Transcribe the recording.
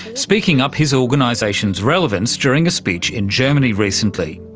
speaking up his organisation's relevance during a speech in germany recently.